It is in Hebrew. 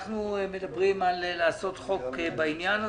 אנחנו מדברים על חקיקת חוק בעניין הזה.